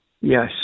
Yes